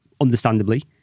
understandably